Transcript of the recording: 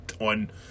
on